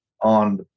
on